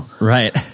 Right